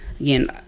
again